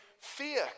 Fear